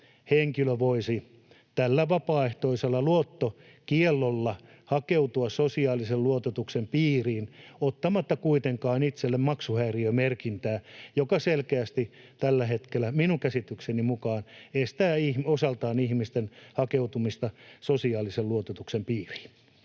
henkilö voisi tällä vapaaehtoisella luottokiellolla hakeutua sosiaalisen luototuksen piiriin ottamatta kuitenkaan itselleen maksuhäiriömerkintää, joka selkeästi tällä hetkellä, minun käsitykseni mukaan, estää osaltaan ihmisten hakeutumista sosiaalisen luototuksen piiriin.